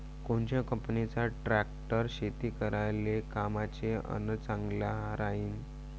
कोनच्या कंपनीचा ट्रॅक्टर शेती करायले कामाचे अन चांगला राहीनं?